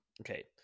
Okay